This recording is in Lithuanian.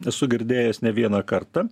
esu girdėjęs ne vieną kartą